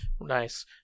nice